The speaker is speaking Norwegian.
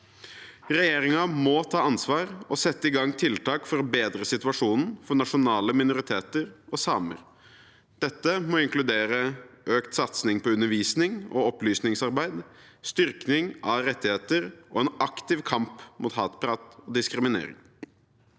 Regjeringen må ta ansvar og sette i gang tiltak for å bedre situasjonen for nasjonale minoriteter og samer. Dette må inkludere økt satsing på undervisning og opplysningsarbeid, styrking av rettigheter og en aktiv kamp mot hatprat og diskriminering.